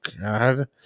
God